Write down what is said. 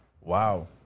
wow